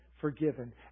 Forgiven